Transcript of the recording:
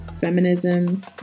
feminism